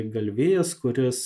galvijas kuris